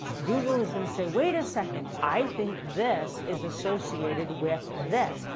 google is going to say wait a second. i think this is associated with this.